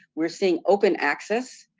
we're seeing open access,